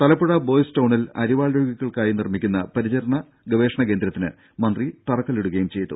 Thalappuzha boys ടൌണിൽ അരിവാൾ രോഗികൾക്കായി നിർമ്മിക്കുന്ന പരിചരണ ഗവേഷണ കേന്ദ്രത്തിന് മന്ത്രി തറക്കല്ലിടുകയും ചെയ്തു